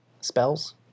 spells